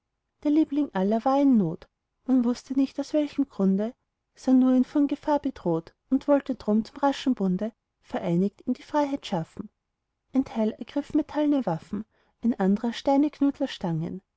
der liebling aller war in not man wußte nicht aus welchem grunde sah nur ihn von gefahr bedroht und wollte drum zu raschem bunde vereinigt ihm die freiheit schaffen ein teil ergriff metallne waffen ein andrer steine knüttel stangen